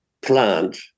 plant